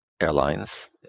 airlines